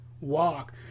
walk